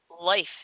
life